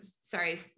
sorry